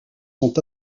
sont